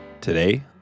today